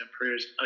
prayers